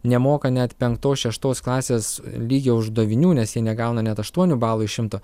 nemoka penktos šeštos klasės lygio uždavinių nes jie negauna net aštuonių balų iš šimto